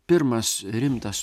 pirmas rimtas